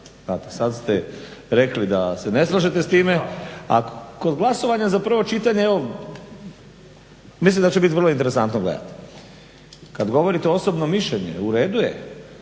sad ste rekli da se ne slažete s time. Kod glasovanja za prvo čitanje, evo mislim da će biti vrlo interesantno gledati. Kad govorite osobno mišljenje u redu je.